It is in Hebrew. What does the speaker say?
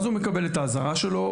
אז הוא מקבל את האזהרה שלו,